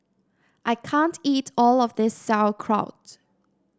I can't eat all of this Sauerkraut